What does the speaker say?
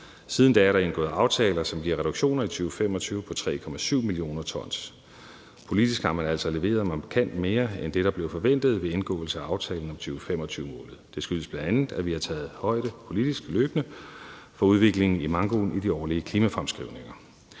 Siden da er der indgået aftaler, som giver reduktioner i 2025 på 3,7 mio. t. Politisk har man altså leveret markant mere end det, der blev forventet ved indgåelse af aftalen om 2025-målet. Det skyldes bl.a., at vi løbende og politisk har taget højde for udviklingen i mankoen i de årlige klimafremskrivninger.